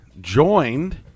Joined